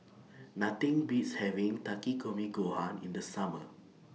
Nothing Beats having Takikomi Gohan in The Summer